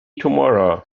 tomorrow